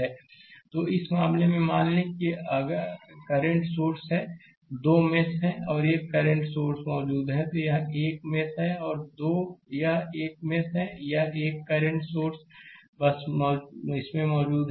slide समय देखें 1804 तो इस मामले में मान लें कि यह आर करंट सोर्स है 2 मेश हैं और 1 एक करंट सोर्स मौजूद है यह 1मेश है और यह एक और मेश है और 1 करंट सोर्स बस इसमें मौजूद है